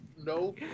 No